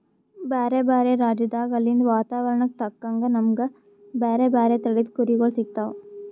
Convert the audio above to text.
ಬ್ಯಾರೆ ಬ್ಯಾರೆ ರಾಜ್ಯದಾಗ್ ಅಲ್ಲಿಂದ್ ವಾತಾವರಣಕ್ಕ್ ತಕ್ಕಂಗ್ ನಮ್ಗ್ ಬ್ಯಾರೆ ಬ್ಯಾರೆ ತಳಿದ್ ಕುರಿಗೊಳ್ ಸಿಗ್ತಾವ್